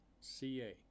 CA